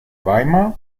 weimar